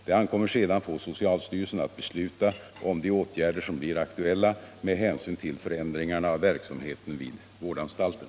Det ankommer sedan på socialstyrelsen att besluta om de åtgärder som blir aktuella med hänsyn till förändringarna av verksamheten vid vårdanstalten.